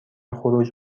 خروج